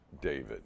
David